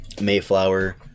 Mayflower